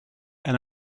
and